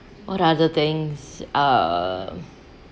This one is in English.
what other things uh